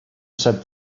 said